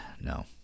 No